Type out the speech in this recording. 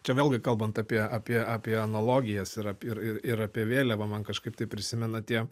čia vėlgi kalbant apie apie apie analogijas ir ap ir ir apie vėliavą man kažkaip tai prisimena tie